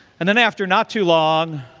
and then after not too long,